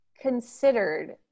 considered